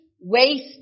waste